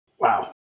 Wow